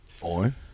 On